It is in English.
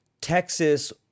Texas